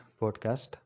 podcast